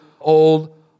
old